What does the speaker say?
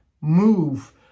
move